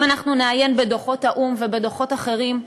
אם אנחנו נעיין בדוחות האו"ם ובדוחות אחרים,